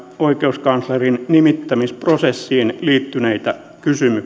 oikeuskanslerin nimittämisprosessiin liittyneitä